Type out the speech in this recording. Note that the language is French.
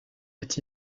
est